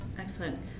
Excellent